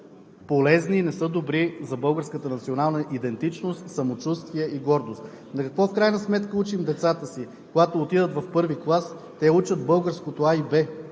полезни и не са добри за българската национална идентичност, самочувствие и гордост. На какво в крайна сметка учим децата си? Когато отидат в първи клас, те учат българското „а“ и